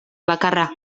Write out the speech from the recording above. bakarra